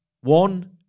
One